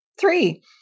three